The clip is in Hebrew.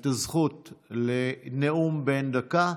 את הזכות לנאום בן דקה,